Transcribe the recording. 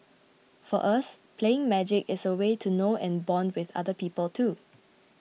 for us playing Magic is a way to know and bond with other people too